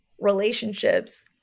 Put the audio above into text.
relationships